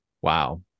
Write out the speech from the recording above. wow